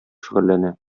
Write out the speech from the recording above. шөгыльләнә